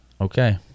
Okay